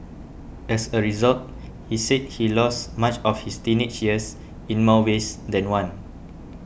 as a result he said he lost much of his teenage years in more ways than one